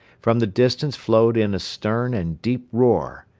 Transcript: from the distance flowed in a stern and deep roar,